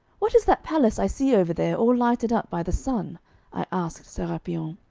what is that palace i see over there, all lighted up by the sun i asked serapion.